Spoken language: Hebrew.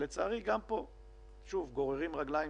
לצערי גם פה גוררים רגליים,